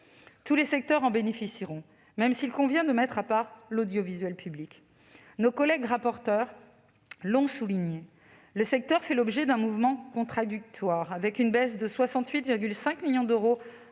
Tous les secteurs en bénéficieront, même s'il convient de mettre à part l'audiovisuel public. Nos collègues rapporteurs l'ont souligné : le secteur fait l'objet d'un mouvement contradictoire, avec une baisse de 68,5 millions d'euros